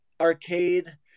Arcade